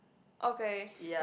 okay